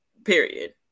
Period